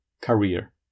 career